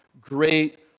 great